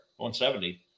170